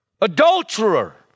adulterer